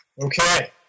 Okay